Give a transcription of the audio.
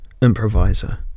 improviser